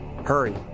Hurry